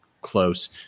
close